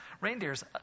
Reindeers